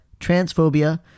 transphobia